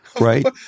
Right